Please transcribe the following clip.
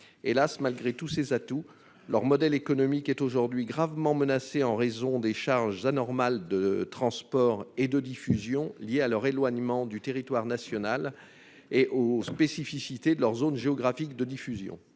hélas, malgré tous ses atouts, leur modèle économique est aujourd'hui gravement menacée en raison des charges anormal de transport et de diffusion liées à leur éloignement du territoire national et aux spécificités de leur zone géographique de diffusion